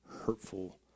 hurtful